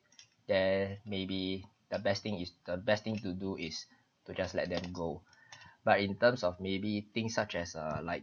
then maybe a best thing is the best thing to do is to just let them go but in terms of maybe things such as a like